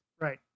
Right